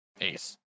Ace